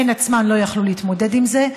הן עצמן לא יכלו להתמודד עם זה.